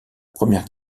première